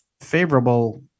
favorable